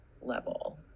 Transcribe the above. level